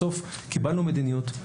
בסוף קיבלנו מדיניות,